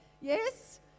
yes